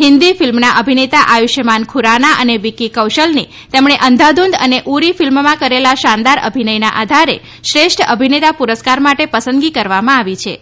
હિન્દી ફિલ્મના અભિનેતા આયુષ્યમાન ખુરાના અને વિક્કી કૌશલની તેમણે અંધાધૂન અને ઉરી ફિલ્મમાં કરેલા શાનદાર અભિનયના આધારે શ્રેષ્ઠ અભિનેતા પુરસ્કાર માટે પસંદગી કરવામાં આવી છે